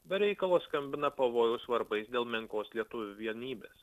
be reikalo skambina pavojaus varpais dėl menkos lietuvių vienybės